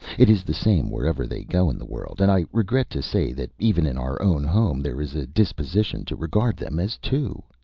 it is the same wherever they go in the world, and i regret to say that even in our own home there is a disposition to regard them as two.